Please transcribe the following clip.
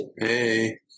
Hey